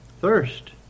thirst